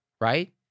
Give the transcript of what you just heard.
right